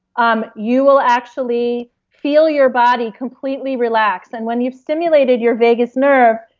um you will actually feel your body completely relax. and when you've stimulated your vagus nerve,